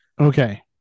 Okay